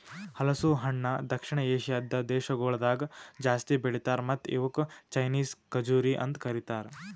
ಹಲಸು ಹಣ್ಣ ದಕ್ಷಿಣ ಏಷ್ಯಾದ್ ದೇಶಗೊಳ್ದಾಗ್ ಜಾಸ್ತಿ ಬೆಳಿತಾರ್ ಮತ್ತ ಇವುಕ್ ಚೈನೀಸ್ ಖಜುರಿ ಅಂತ್ ಕರಿತಾರ್